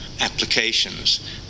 applications